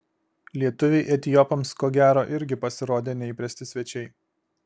lietuviai etiopams ko gero irgi pasirodė neįprasti svečiai